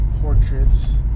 portraits